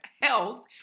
health